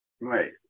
Right